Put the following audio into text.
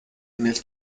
nel